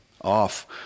off